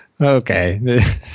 Okay